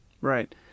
Right